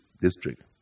district